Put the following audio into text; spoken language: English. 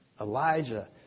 Elijah